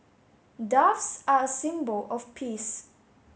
doves are a symbol of peace